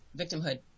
victimhood